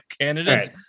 candidates